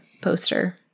poster